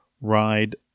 ride